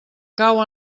cau